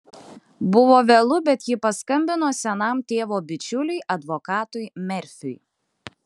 buvo vėlu bet ji paskambino senam tėvo bičiuliui advokatui merfiui